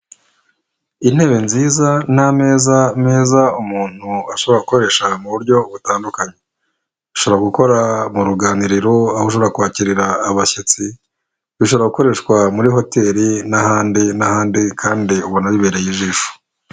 Intebe nziza n'ameza meza umuntu ashobora gukoresha mu buryo butandukanye. Ashobora gukora mu ruganiriro aho ushobora kwakirira abashyitsi, bishobora gukoreshwa muri hoteli n'ahandi n'ahandi kandi ubona bibereye ijisho.